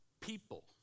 people